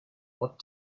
what